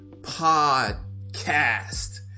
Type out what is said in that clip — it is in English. Podcast